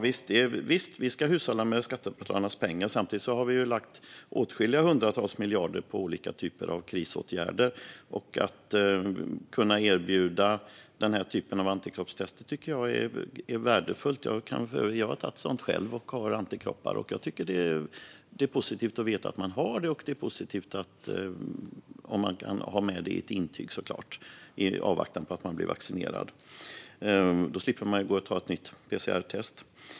Visst, vi ska hushålla med skattebetalarnas pengar. Samtidigt har vi ju lagt hundratals miljarder på olika typer av krisåtgärder. Att kunna erbjuda antikroppstester tycker jag är värdefullt. Jag har själv tagit ett sådant test och fått veta att jag har antikroppar. Jag tycker att det är positivt om man kan ha med det i ett intyg i avvaktan på att man blir vaccinerad. Då slipper man ju att ta ett nytt PCR-test.